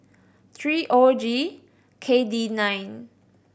three O G K D nine